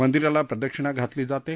मंदिराला प्रदक्षिणा घातली जाते